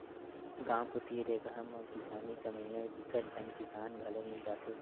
गाँव कोती रेगहा म किसानी कमइया बिकट झन किसान घलो मिल जाथे